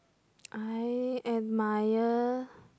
I admire